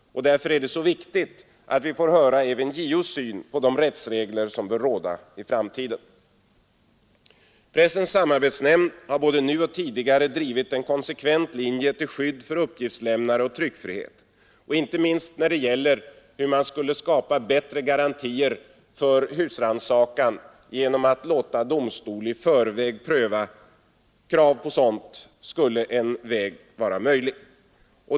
Därför är det så viktigt att vi får höra även JO:s syn på de rättsregler som bör råda i framtiden. Pressens samarbetsnämnd har både nu och tidigare drivit en konsekvent linje till skydd för uppgiftslämnare och tryckfrihet, och inte minst när det gäller hur man skulle skapa bättre garantier för husrannsakan; genom att låta domstol i förväg pröva krav på husrannsakan skulle en sådan väg vara möjlig.